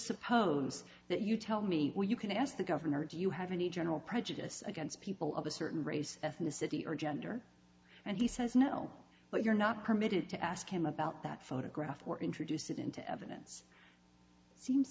suppose that you tell me where you can ask the governor do you have any general prejudice against people of a certain race ethnicity or gender and he says no but you're not permitted to ask him about that photograph or introduce it into evidence it seems